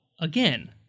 again